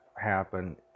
Happen